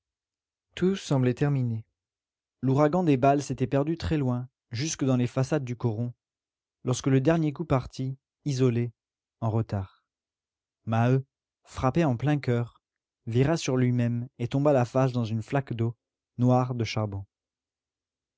tout semblait terminé l'ouragan des balles s'était perdu très loin jusque dans les façades du coron lorsque le dernier coup partit isolé en retard maheu frappé en plein coeur vira sur lui-même et tomba la face dans une flaque d'eau noire de charbon